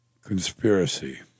Conspiracy